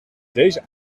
deze